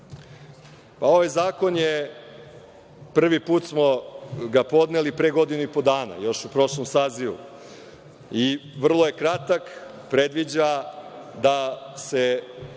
Ovaj zakon smo prvi put podneli pre godinu i po dana, još u prošlom sazivu. Vrlo je kratak. Predviđa da se